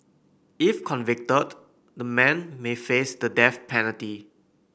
if convicted the men may face the death penalty